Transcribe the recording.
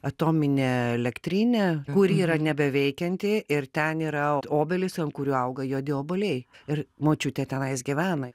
atominė elektrinė kuri yra nebeveikianti ir ten yra obelys ant kurių auga juodi obuoliai ir močiutė tenais gyvena